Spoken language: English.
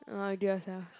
uh do yourself